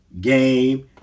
game